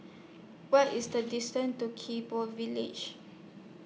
What IS The distance to Gek Poh Village